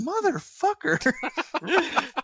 Motherfucker